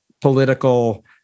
political